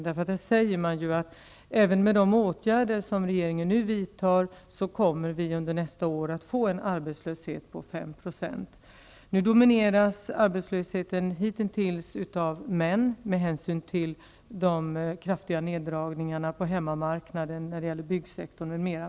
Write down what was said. Man säger i dessa propositioner att vi under nästa år, även med de åtgärder som regeringen kommer att vidta, kommer att få en arbetslöshet på 5 %. Hitintills domineras arbetslösheten av män med hänsyn till de kraftiga neddragningarna på hemmamarknaden avseende byggsektorn m.m.